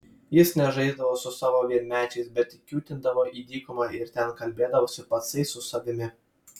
jis nežaisdavo su savo vienmečiais bet kiūtindavo į dykumą ir ten kalbėdavosi patsai su savimi